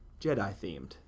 Jedi-themed